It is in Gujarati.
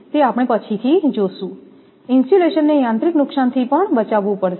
તે આપણે પછી જોશું ઇન્સ્યુલેશનને યાંત્રિક નુકસાનથી પણ બચાવવું પડશે